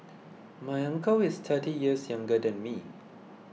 my uncle is thirty years younger than me